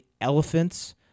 elephants